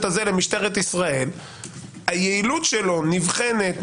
הזה למשטרת ישראל היעילות שלו נבחנת,